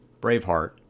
Braveheart